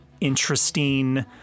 interesting